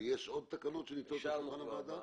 יש עוד תקנות שנמצאות על שולחן הוועדה?